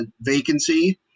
vacancy